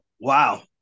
wow